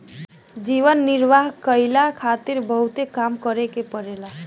जीवन निर्वाह कईला खारित बहुते काम करे के पड़ेला